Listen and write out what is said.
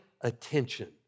attention